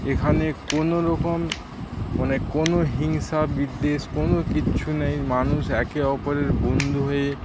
এখানে কোনোরকম মানে কোন হিংসা বিদ্বেষ কোন কিছু নেই মানুষ একে অপরের বন্ধু হয়ে